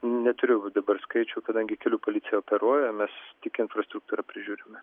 neturiu dabar skaičių kadangi kelių policija operuoja mes tik infrastruktūrą prižiūrime